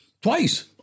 twice